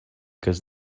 cas